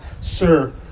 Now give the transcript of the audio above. Sir